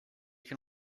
can